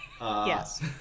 Yes